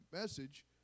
message